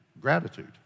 Gratitude